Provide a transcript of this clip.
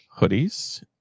Hoodies